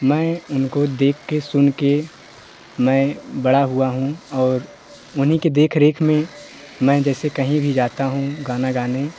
मैं उनको देख के सुन के मैं बड़ा हुआ हूँ और उन्हीं के देख रेख में मैं जैसे कहीं भी जाता हूँ गाना गाने